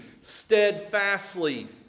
steadfastly